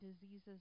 diseases